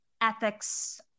ethics